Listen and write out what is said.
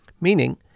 Meaning